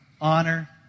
honor